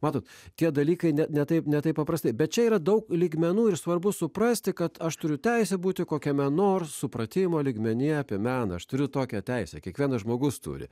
matote tie dalykai ne ne taip ne taip paprastai bet čia yra daug lygmenų ir svarbu suprasti kad aš turiu teisę būti kokiame nors supratimo lygmenyje apie meną aš turiu tokią teisę kiekvienas žmogus turi